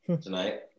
Tonight